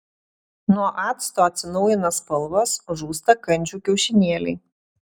nuo acto atsinaujina spalvos žūsta kandžių kiaušinėliai